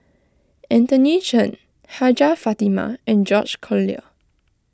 Anthony Chen Hajjah Fatimah and George Collyer